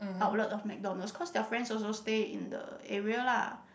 outlet loh McDonald's because their friends also stay in the area lah